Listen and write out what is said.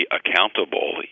accountable